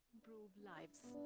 improve lives,